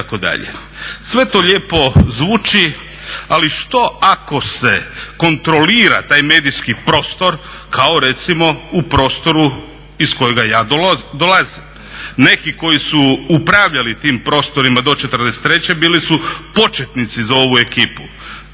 Sve to lijepo zvuči, ali što ako se kontrolira taj medijski prostor kao recimo u prostoru iz kojega ja dolazim. Neki koji su upravljali tim prostorima do '43.bili su početnici za ovu ekipu.